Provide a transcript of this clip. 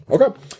Okay